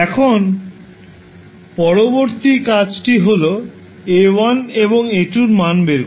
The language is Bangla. এখন পরবর্তী কাজটি হল A1 এবং A2 এর মান বের করা